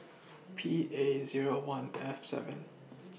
P A Zero one F seven